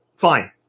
fine